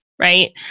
Right